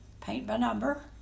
paint-by-number